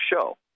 show